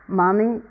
mommy